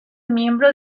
miembro